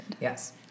Yes